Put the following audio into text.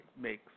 makes